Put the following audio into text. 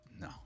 no